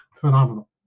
phenomenal